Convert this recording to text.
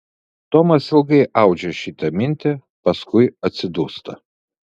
tomas ilgai audžia šitą mintį paskui atsidūsta